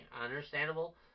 understandable